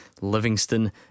Livingston